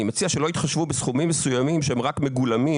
אני מציע שלא יתחשבו בסכומים מסוימים שהם רק מגולמים.